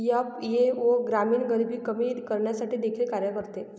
FAO ग्रामीण गरिबी कमी करण्यासाठी देखील कार्य करते